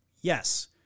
Yes